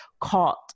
caught